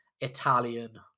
italian